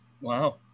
Wow